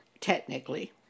technically